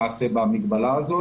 למדינה.